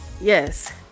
Yes